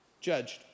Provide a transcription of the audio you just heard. judged